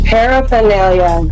Paraphernalia